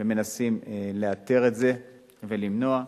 ומנסים לאתר את זה ולמנוע.